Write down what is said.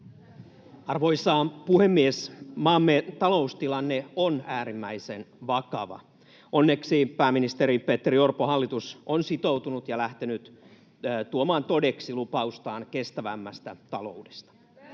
Arvoisa puhemies! Maamme taloustilanne on äärimmäisen vakava. Onneksi pääministeri Petteri Orpon hallitus on sitoutunut ja lähtenyt tuomaan todeksi lupaustaan kestävämmästä taloudesta.